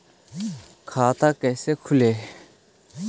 खाता कैसे खोले?